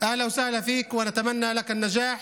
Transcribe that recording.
(אומר בערבית: ברוך הבא, ואנו מאחלים לך הצלחה,